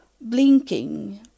blinking